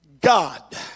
God